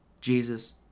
Jesus